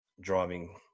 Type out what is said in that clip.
driving